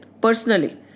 personally